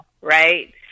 right